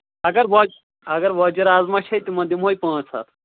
اَگر وۄز اگر وۄزجہِ رازما چھےٚ تِمَن دِمہوے پانٛژھ ہَتھ